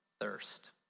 thirst